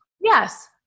Yes